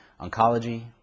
oncology